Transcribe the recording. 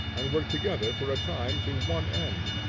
and work together for a time to one end.